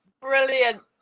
brilliant